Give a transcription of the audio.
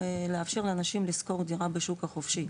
לאפשר לאנשים לשכור דירה בשוק החופשי,